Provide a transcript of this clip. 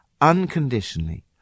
unconditionally